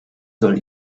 soll